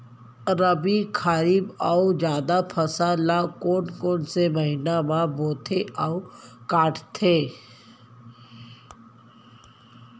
रबि, खरीफ अऊ जादा फसल ल कोन कोन से महीना म बोथे अऊ काटते?